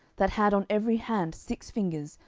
that had on every hand six fingers,